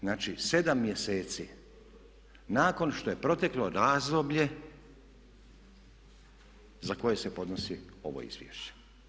Znači, 7 mjeseci nakon što je proteklo razdoblje za koje se podnosi ovo izvješće.